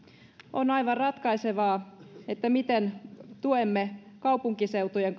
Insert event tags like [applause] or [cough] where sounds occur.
on aivan ratkaisevaa miten miten tuemme kaupunkiseutujen [unintelligible]